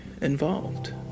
involved